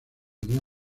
unió